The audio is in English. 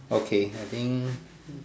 okay I think